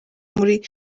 muri